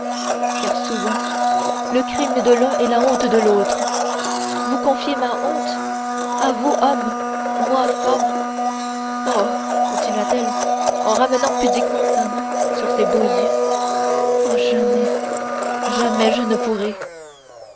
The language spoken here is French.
car souvent le crime de l'un est la honte de l'autre vous confier ma honte à vous homme moi femme oh continua-t-elle en ramenant pudiquement sa main sur ses beaux yeux oh jamais jamais je ne pourrai